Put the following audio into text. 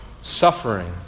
suffering